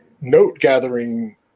note-gathering